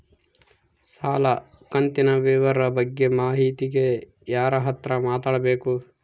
ಸಾಲ ಕಂತಿನ ವಿವರ ಬಗ್ಗೆ ಮಾಹಿತಿಗೆ ಯಾರ ಹತ್ರ ಮಾತಾಡಬೇಕು?